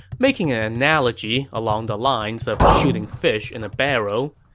making an analogy along the lines of shooting fish in a barrel.